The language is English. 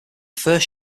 first